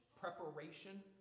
preparation